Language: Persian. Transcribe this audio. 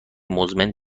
مزمن